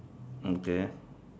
okay